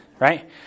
right